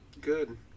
Good